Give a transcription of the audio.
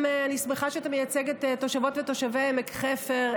אני גם שמחה שאתה מייצג את תושבות ותושבי עמק חפר,